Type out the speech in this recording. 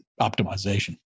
optimization